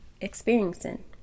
experiencing